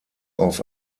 auf